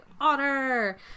honor